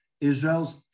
Israel's